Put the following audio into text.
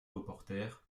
reporter